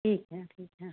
ठीक है ठीक है